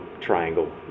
triangle